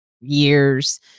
years